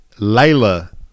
Layla